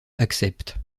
accepte